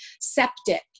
septic